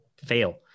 fail